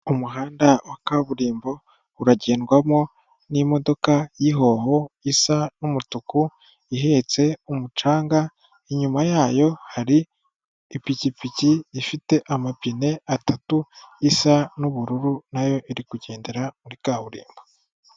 Umuhanda wa kaburimbo uragendwamo n'imodoka y'Ihoho isa n'umutuku ihetse umucanga. Inyuma yayo hari ipikipiki ifite amapine atatu isa n'ubururu nayo iri kugendera muri kaburimbo.